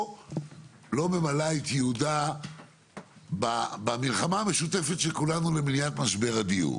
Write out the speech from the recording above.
או לא ממלאה את ייעודה במלחמה המשותפת של כולנו למניעת משבר הדיור,